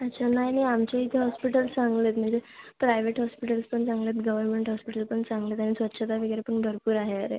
अच्छा नाही नाही आमच्या इथं हॉस्पिटल चांगले आहेत म्हणजे प्रायवेट हॉस्पिटल्स पण चांगले आहेत गवरमेंट हॉस्पिटल पण चांगले आहेत आणि स्वच्छता वगैरे पण भरपूर आहे अरे